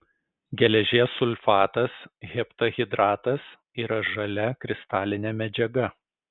geležies sulfatas heptahidratas yra žalia kristalinė medžiaga